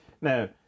Now